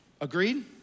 Agreed